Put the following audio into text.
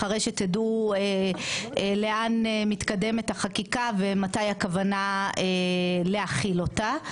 אחרי שתדעו לאן מתקדמת החקיקה ומתי הכוונה להחיל אותה.